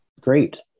great